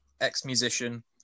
ex-musician